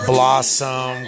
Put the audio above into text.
Blossom